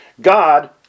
God